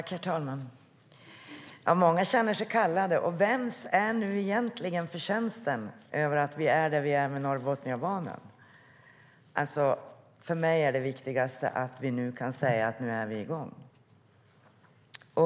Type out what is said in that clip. Herr talman! Många känner sig kallade. Vems är egentligen förtjänsten att vi är där vi är med Norrbotniabanan? För mig är det viktigaste att vi kan säga: Nu är vi igång!